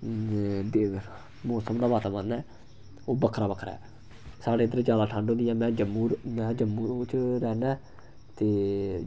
मोसम दा वातावरण ऐ ओह् बक्खरा बक्खरा ऐ साढ़े इद्धर जैदा ठंड ऐ में जम्मू च रैहना ऐ ते